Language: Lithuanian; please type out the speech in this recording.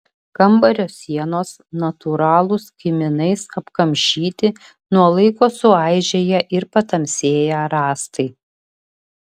kambario sienos natūralūs kiminais apkamšyti nuo laiko suaižėję ir patamsėję rąstai